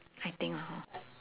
I think lah hor